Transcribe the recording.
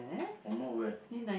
one more where